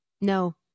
No